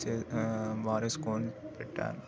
చే భారీ స్కోర్ని పెట్టాను